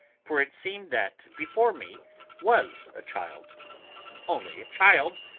for it seemed that before me was a child only a child,